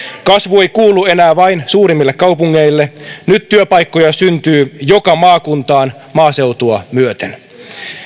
kasvu ei kuulu enää vain suurimmille kaupungeille nyt työpaikkoja syntyy joka maakuntaan maaseutua myöten